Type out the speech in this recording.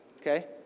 okay